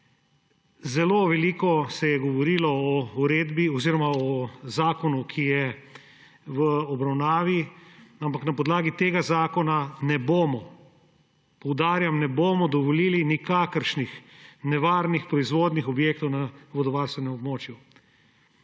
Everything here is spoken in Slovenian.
Zelo veliko se je govorilo o uredbi oziroma o zakonu, ki je v obravnavi, ampak na podlagi tega zakona ne bomo, poudarjam, ne bomo dovolili nikakršnih nevarnih proizvodnih objektov na vodovarstvenem območju.